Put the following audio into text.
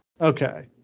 Okay